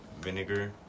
vinegar